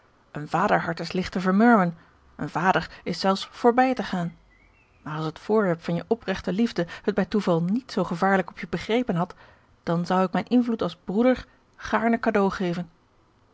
een vaderhart is ligt te vermurwen een vader is zelfs voorbij te gaan maar als het voorwerp van je opregte liefde het bij toeval niet zoo gevaarlijk op je begrepen had dan zou ik mijn invloed als broeder gaarne cadeau geven